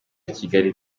kigali